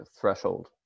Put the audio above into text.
threshold